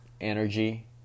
energy